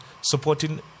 supporting